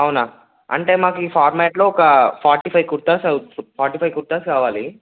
అవునా అంటే మాకు ఈ ఫార్మేట్లో ఒక forty five kurtas forty five kurtas కావాలి